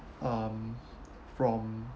um from